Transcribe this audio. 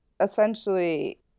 essentially